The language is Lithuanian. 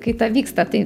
kaita vyksta tai